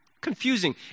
Confusing